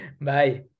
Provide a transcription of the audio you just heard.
Bye